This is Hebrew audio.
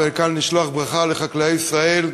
ולשלוח מכאן ברכה לחקלאי ישראל,